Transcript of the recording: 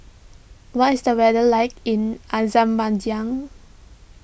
what is the weather like in Azerbaijan